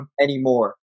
anymore